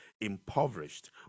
impoverished